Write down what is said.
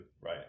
right